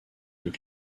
deux